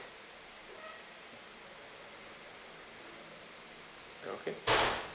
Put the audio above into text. okay